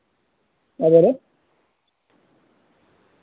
کیا بول رہا ہے